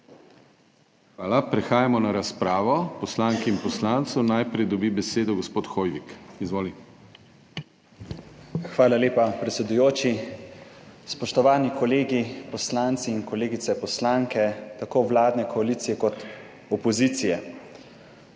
Hvala. Prehajamo na razpravo poslank in poslancev. Najprej dobi besedo gospod Hoivik. Izvoli. ANDREJ HOIVIK (PS SDS): Hvala lepa predsedujoči. Spoštovani kolegi poslanci in kolegice poslanke, tako vladne koalicije kot opozicije!